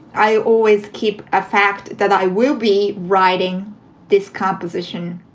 i always keep a fact that i will be writing this composition.